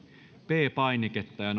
p painiketta ja